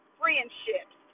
friendships